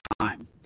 time